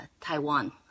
Taiwan